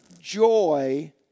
joy